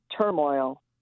turmoil